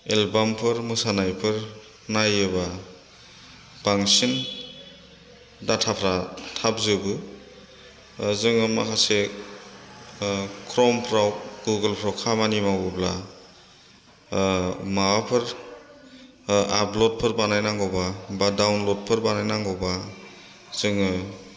एलबामफोर मोसानायफोर नायोबा बांसिन डाटाफ्रा थाब जोबो जोङो माखासे क्र'मफ्राव गुगोलफ्राव खामानि मावोब्ला माबाफोर आपल'डफोर बानाय नांगौबा एबा डाउनल'डफोर बानाय नांगौबा जोङो